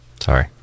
Sorry